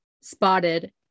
spotted